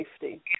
safety